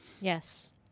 Yes